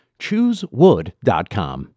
Choosewood.com